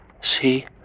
See